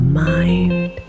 mind